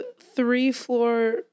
three-floor